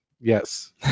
Yes